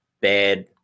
bad